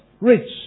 rich